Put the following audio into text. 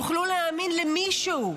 יוכלו להאמין למישהו,